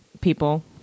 people